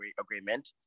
Agreement